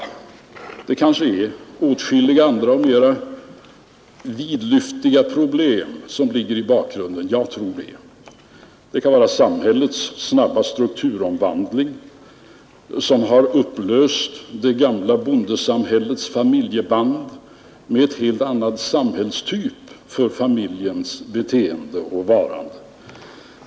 Det finns kanske åtskilliga och vidlyftiga problem i bakgrunden. Jag tror det. Det kan vara samhällets snabba strukturomvandling, som har upplöst det gamla bondesamhällets familjeband och skapat nya former för familjens beteende.